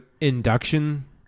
induction